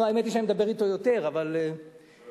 לא, האמת היא שאני מדבר אתו יותר, אבל, טוב.